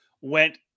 went